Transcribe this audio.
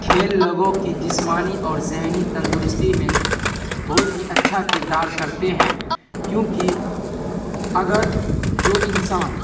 کھیل لوگوں کی جسمانی اور ذہنی تندرستی میں بہت ہی اچھا کردار کرتے ہیں کیونکہ اگر جو انسان